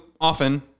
Often